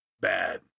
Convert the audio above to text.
bad